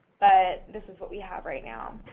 but this is what we have right now.